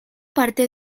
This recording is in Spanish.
parte